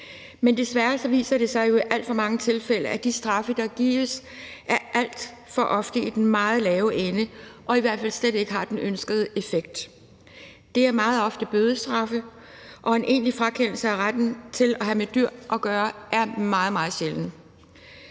Men desværre viser det sig jo i alt for mange tilfælde, at de straffe, der gives, alt for ofte er i den meget lave ende og i hvert fald slet ikke har den ønskede effekt. Det er meget ofte bødestraffe, og en egentlig frakendelse af retten til at have med dyr gøre er meget, meget